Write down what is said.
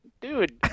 dude